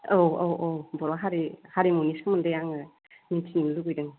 औ औ औ बर' हारि हारिमुनि सोमोन्दै आङो मिथिनो लुबैदों